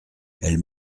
elles